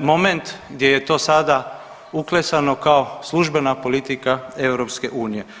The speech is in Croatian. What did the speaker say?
moment gdje je to sada uklesano kao službena politika EU.